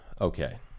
Okay